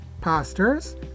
pastors